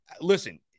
listen